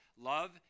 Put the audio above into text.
love